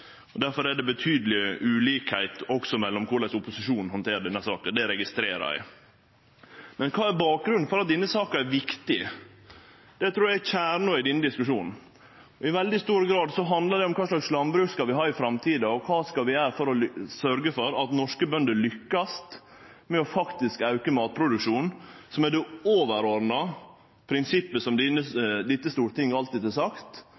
og difor er det betydeleg ulikskap også mellom korleis opposisjonen handterer denne saka – det registrerer eg. Men kva er bakgrunnen for at denne saka er viktig? – Det trur eg er kjernen i denne diskusjonen. I veldig stor grad handlar det om kva slags landbruk vi skal ha i framtida, og kva vi skal gjere for å sørgje for at norske bønder lukkast med faktisk å auke matproduksjonen, som er det overordna prinsippet som dette stortinget alltid har sagt